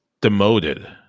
demoted